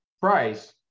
price